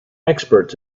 experts